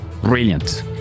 Brilliant